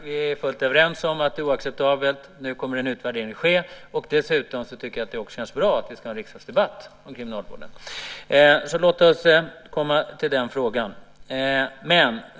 Vi är fullt överens om att det är oacceptabelt. En utvärdering kommer att ske. Dessutom känns det bra att vi ska ha en riksdagsdebatt om kriminalvården. Låt oss återkomma till den frågan.